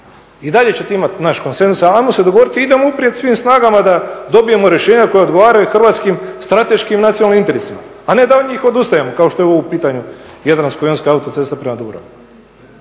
I dalje ćete imati naš konsenzus, ali ajmo se dogovoriti i idemo uprijeti svim snagama da dobijemo rješenja koja odgovaraju hrvatskim strateškim nacionalnim interesima, a ne da od njih odustajemo kao što je u pitanju Jadransko-ionska autocesta prema